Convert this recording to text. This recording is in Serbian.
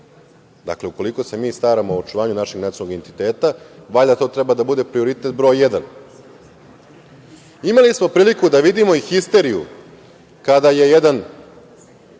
Dakle, ukoliko se mi staramo o očuvanju našeg nacionalnog identiteta valjda to treba da bude prioritet broj jedan. Imali smo priliku da vidimo i histeriju kada je jedan